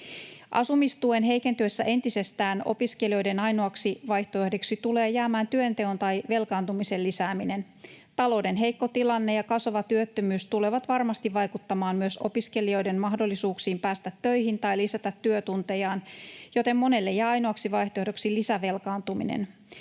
Asumistuen heikentyessä entisestään opiskelijoiden ainoaksi vaihtoehdoksi tulee jäämään työnteon tai velkaantumisen lisääminen. Talouden heikko tilanne ja kasvava työttömyys tulevat varmasti vaikuttamaan myös opiskelijoiden mahdollisuuksiin päästä töihin tai lisätä työtuntejaan, joten monelle jää ainoaksi vaihtoehdoksi lisävelkaantuminen.